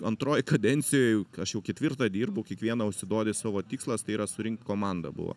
antroj kadencijoj aš jau ketvirtą dirbu kiekvieną užsiduodi savo tikslas tai yra surinkt komandą buvo